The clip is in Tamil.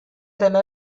தின